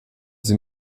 sie